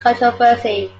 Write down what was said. controversy